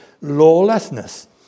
lawlessness